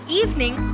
evening